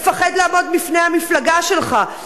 מפחד לעמוד בפני המפלגה שלך,